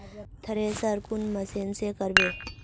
Thresher कौन machine से करबे?